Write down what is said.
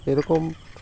এরকম